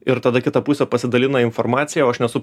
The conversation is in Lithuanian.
ir tada kita pusė pasidalina informacija o aš nesu